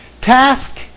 Task